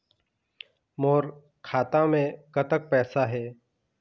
मोर खाता मे कतक पैसा हे?